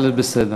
אבל בסדר.